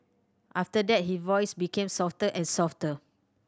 after that his voice became softer and softer